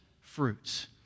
fruits